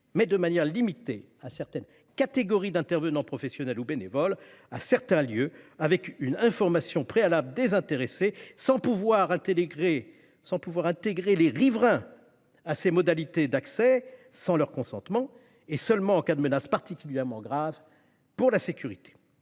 mais de manière limitée à certaines catégories d'intervenants professionnels ou bénévoles, à certains lieux, avec une information préalable des intéressés, sans possibilité d'intégrer les riverains à ces modalités d'accès s'ils n'ont pas donné leur consentement, et seulement en cas de menace particulièrement grave pour la sécurité.